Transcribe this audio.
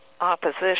opposition